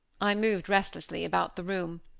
i moved restlessly about the room.